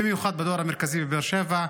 במיוחד בדואר המרכזי בבאר שבע,